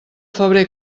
febrer